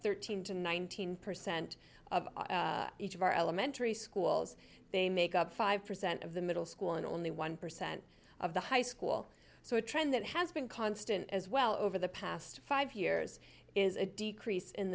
thirteen to nineteen percent of each of our elementary schools they make up five percent of the middle school and only one percent of the high school so a trend that has been constant as well over the past five years is a decrease